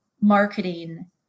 marketing